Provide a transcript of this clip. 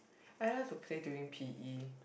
I like to play during P_E